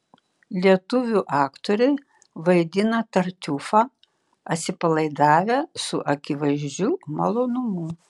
lietuvių aktoriai vaidina tartiufą atsipalaidavę su akivaizdžiu malonumu